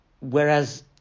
whereas